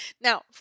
Now